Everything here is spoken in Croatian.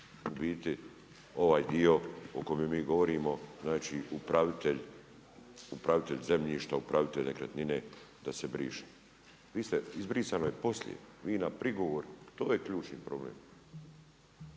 u biti ovaj dio o kome mi govorimo, znači upravitelj zemljišta, upravitelj nekretnine da se briše. Vi ste, izbrisano je poslije, vi na prigovor, to je ključni problem.